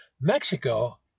Mexico